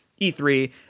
E3